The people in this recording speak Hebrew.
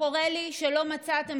חורה לי שלא מצאתם,